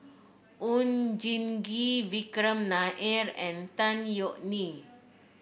Oon Jin Gee Vikram Nair and Tan Yeok Nee